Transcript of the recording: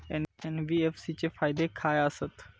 NBFC चे फायदे खाय आसत?